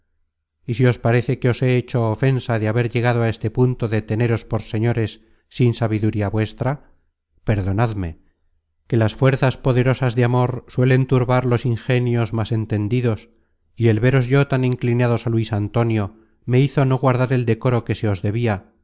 y si os parece que os he hecho ofensa de haber llegado a este punto de teneros por señores sin sabiduría vuestra perdonadme que las fuerzas poderosas de amor suelen turbar los ingenios más entendidos y el veros yo tan inclinados á luis antonio me hizo no guardar el decoro que se os debia